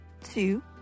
two